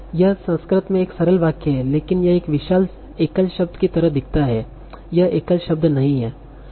यह संस्कृत में एक सरल वाक्य है लेकिन यह एक विशाल एकल शब्द की तरह दिखता है यह एकल शब्द नहीं है